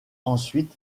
ensuite